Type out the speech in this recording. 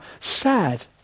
sad